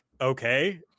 okay